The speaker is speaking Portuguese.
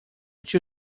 tio